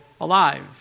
alive